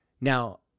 Now